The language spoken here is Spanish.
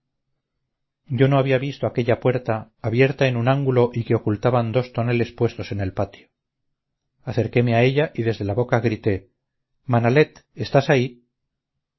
yo no había visto aquella puerta abierta en un ángulo y que ocultaban dos toneles puestos en el patio acerqueme a ella y desde la boca grité manalet estás ahí